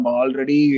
already